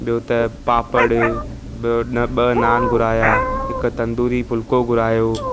ॿियो त पापड़ ॿियो न ॿ नान घुराया हिकु तंदूरी फुलको घुरायो